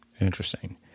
Interesting